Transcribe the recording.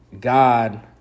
God